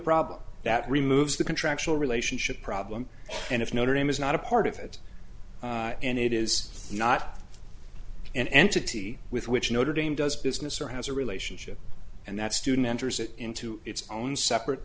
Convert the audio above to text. problem that removes the contractual relationship problem and if notre dame is not a part of it and it is not an entity with which notre dame does business or has a relationship and that student enters it into its own separate